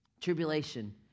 tribulation